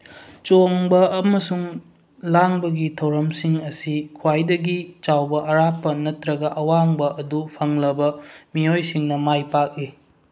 ꯆꯣꯡꯕ ꯑꯃꯁꯨꯡ ꯂꯥꯡꯕꯒꯤ ꯊꯧꯔꯝꯁꯤꯡ ꯑꯁꯤ ꯈ꯭ꯋꯥꯏꯗꯒꯤ ꯆꯥꯎꯕ ꯑꯔꯥꯞꯄ ꯅꯠꯇ꯭ꯔꯒ ꯑꯋꯥꯡꯕ ꯑꯗꯨ ꯐꯪꯂꯕ ꯃꯤꯑꯣꯏꯁꯤꯡꯅ ꯃꯥꯏ ꯄꯥꯛꯏ